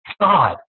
God